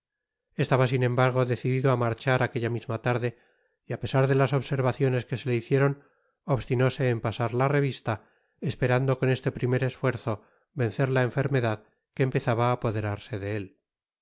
estaba sin embargo decidido á marchar aquella misma tarde y á pesar de las observaciones que se le hicieron obstinóse en pasar la revista esperando con este primer esfuerzo vencer la enfermedad que empezaba á apoderarse de él